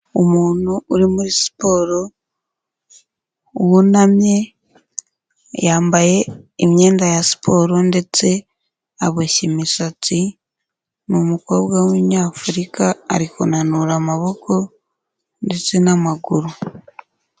Umuntu uri muri siporo wunamye, yambaye imyenda ya siporo ndetse aboshya imisatsi, ni umukobwa w'umunyAfurika, ari kunanura amaboko ndetse n'amaguru.